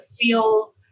feel